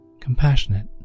compassionate